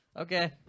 Okay